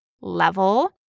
level